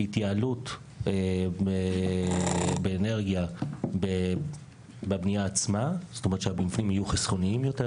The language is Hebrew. התייעלות באנרגיה בבנייה עצמה זאת אומרת שהמבנים יהיו חסכוניים יותר,